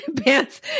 Pants